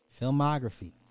Filmography